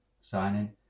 signing